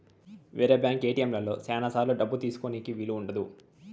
వేరే బ్యాంక్ ఏటిఎంలలో శ్యానా సార్లు డబ్బు తీసుకోనీకి వీలు ఉండదు